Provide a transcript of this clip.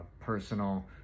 personal